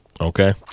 Okay